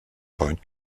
point